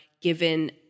given